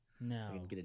no